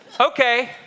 Okay